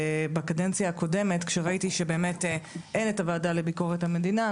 בקדנציה הקודמת כשראיתי שבאמת אין את הוועדה לביקורת המדינה,